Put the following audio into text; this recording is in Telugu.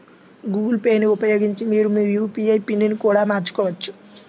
గూగుల్ పే ని ఉపయోగించి మీరు మీ యూ.పీ.ఐ పిన్ని కూడా మార్చుకోవచ్చు